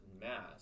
mass